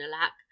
alack